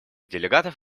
делегатов